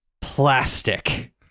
plastic